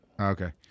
Okay